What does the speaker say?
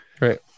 right